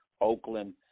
Oakland